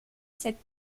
cette